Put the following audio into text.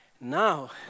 now